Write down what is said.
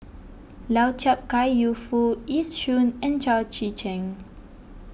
Lau Chiap Khai Yu Foo Yee Shoon and Chao Tzee Cheng